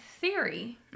theory